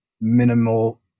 minimal